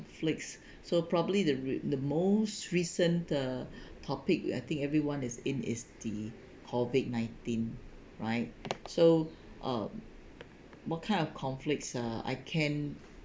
conflicts so probably the re~ the most recent the topic you I think everyone is in its the COVID nineteen right so uh what kind of conflicts uh I can